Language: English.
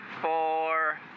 four